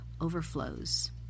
overflows